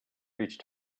reach